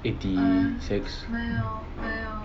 eighty six